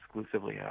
exclusively